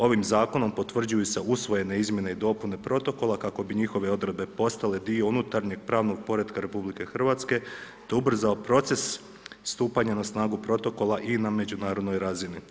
Ovim zakonom potvrđuju se usvojene izmjene i dopune protokola, kako bi njihove odredbe postale dio unutarnjeg pravnog poretka RH, te ubrzao proces stupanja na snagu protokola i na međunarodnoj razini.